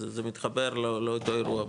זה מתחבר לאותו אירוע בפועל.